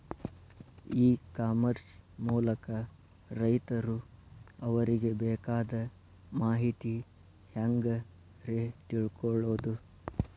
E commerce ಮೂಲಕ ರೈತರು ಅವರಿಗೆ ಬೇಕಾದ ಮಾಹಿತಿ ಹ್ಯಾಂಗ ರೇ ತಿಳ್ಕೊಳೋದು?